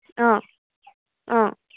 অঁ অঁ